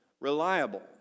reliable